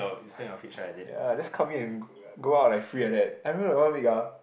ppo ya just come in and go out like free like that I remember that one week uh